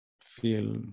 feel